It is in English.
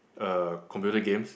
uh computer games